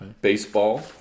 baseball